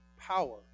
power